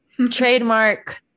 Trademark